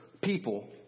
people